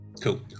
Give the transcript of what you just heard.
cool